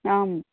आम्